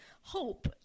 hope